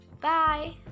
bye